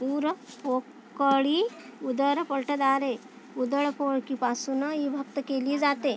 उर पोकळी उदर पलटलारे उदर पोळकीपासून विभक्त केली जाते